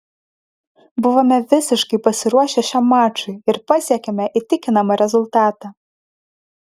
buvome visiškai pasiruošę šiam mačui ir pasiekėme įtikinamą rezultatą